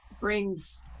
Brings